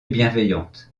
bienveillante